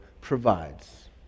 provides